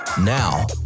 now